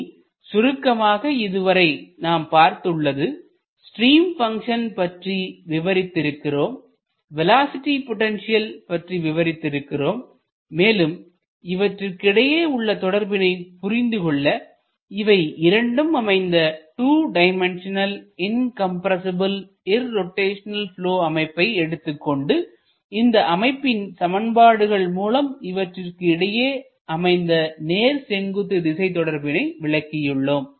இனி சுருக்கமாக இதுவரை நாம் பார்த்துள்ளது ஸ்ட்ரீம் பங்ஷன் பற்றி விவரித்து இருக்கிறோம்வேலோஸிட்டி பொட்டன்ஷியல் பற்றி விவரித்து இருக்கிறோம் மேலும் இவற்றிற்கிடையே உள்ள தொடர்பினை புரிந்துகொள்ள இவை இரண்டும் அமைந்த 2 டைமென்ஷநல் இன்கம்ரசிபில்இர்ரோட்டைஷனல் ப்லொ அமைப்பை எடுத்துக்கொண்டு இந்த அமைப்பின் சமன்பாடுகள் மூலம் இவற்றிற்கு இடையே அமைந்த நேர் செங்குத்து திசை தொடர்பினை விளக்கியுள்ளோம்